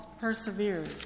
perseveres